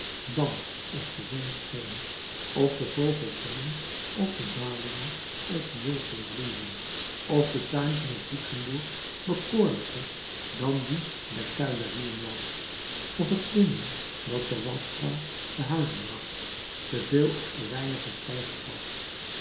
dan of de zon scheen of de vogels zongen of de dahlias of viooltjes bloeiden of de tuin van het luxembourg bekoorlijker dan die der tuilerieën was of het linnen dat de waschvrouw te huis bracht te veel of te weinig gestijfd was